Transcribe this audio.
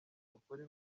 nukuri